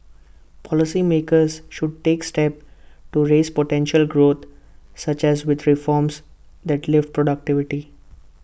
policy makers should take steps to raise potential growth such as with reforms that lift productivity